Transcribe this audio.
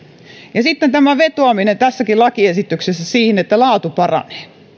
sitten tämä vetoaminen tässäkin lakiesityksessä siihen että laatu paranee on